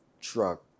truck